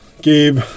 Gabe